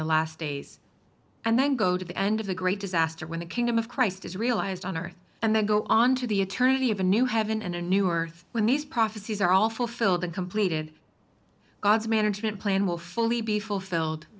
the last days and then go to the end of the great disaster when the kingdom of christ is realized on earth and then go on to the eternity of a new heaven and a new earth when these prophecies are all fulfilled and completed god's management plan will fully be fulfilled